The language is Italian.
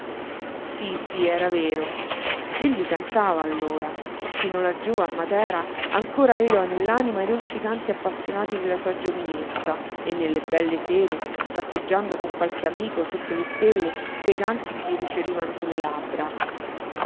sí sí era vero egli cantava allora fino laggiú a matera ancora aveva nell'anima i dolci canti appassionati della sua giovinezza e nelle belle sere passeggiando con qualche amico sotto le stelle quei canti gli rifiorivano su le labbra